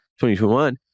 2021